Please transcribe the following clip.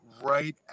Right